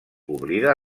oblida